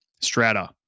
strata